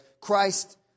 ...Christ